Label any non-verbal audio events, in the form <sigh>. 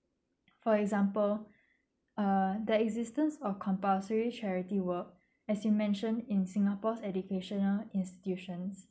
for example <breath> uh the existence of compulsory charity work as you mentioned in singapore educational institutions